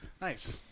Nice